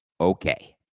okay